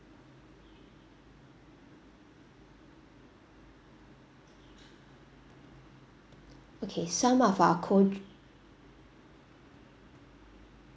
okay some of our cold dr~